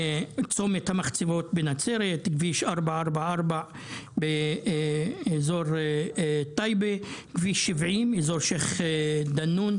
צומת המחצבות בנצרת; כביש 444 באזור טייבה; כביש 70 באזור שייח' דנון,